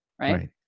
Right